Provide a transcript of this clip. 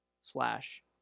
Slash